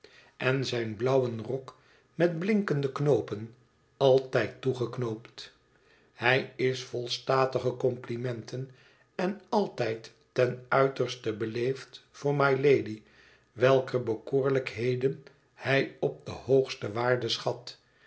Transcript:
en zijn blauwen rok met blinkende knoopen altijd toegeknoopt hij is vol statige complimenten en altijd ten uiterste beleefd voor mylady welker bekoorlijkheden hij op de hoogste waarde schat